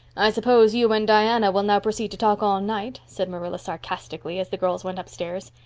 i suppose you and diana will now proceed to talk all night, said marilla sarcastically, as the girls went upstairs.